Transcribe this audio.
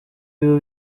biba